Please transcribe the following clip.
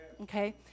okay